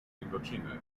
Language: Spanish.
indochina